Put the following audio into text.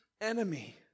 enemy